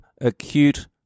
acute